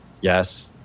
Yes